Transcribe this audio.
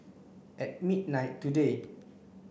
at midnight today